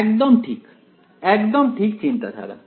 একদম ঠিক একদম ঠিক চিন্তা ধারা